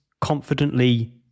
confidently